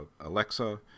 Alexa